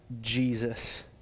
Jesus